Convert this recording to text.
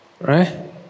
Right